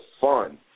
fun